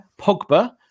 Pogba